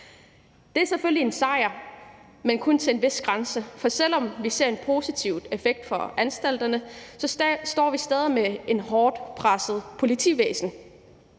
Det er selvfølgelig en sejr, men kun til en vis grad, for selv om vi ser en positiv effekt i forhold til anstalterne, står vi stadig med et hårdt presset politivæsen.